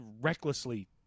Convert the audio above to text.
recklessly